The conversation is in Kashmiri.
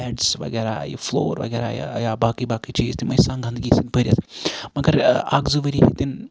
بیٚڈس وَغیرہ یہِ فٕلور وَغیرہ یا باقٕے باقٕے چیٖز تِم ٲسۍ آسان گَنٛدگی سۭتۍ بٔرِتھ مَگَر اکھ زٕ ؤری ہیٚتٕنۍ